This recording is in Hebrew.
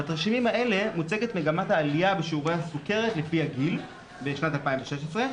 בתרשימים האלה מוצגת מגמת העלייה בשיעורי הסכרת לפי הגיל בשנת 2016,